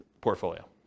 portfolio